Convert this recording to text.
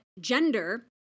gender